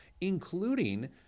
including